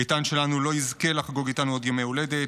איתן שלנו לא יזכה לחגוג איתנו עוד ימי הולדת,